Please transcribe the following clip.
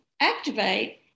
activate